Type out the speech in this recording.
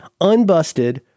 unbusted